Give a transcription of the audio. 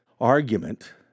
argument